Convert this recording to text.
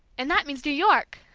and that means new york!